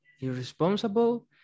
irresponsible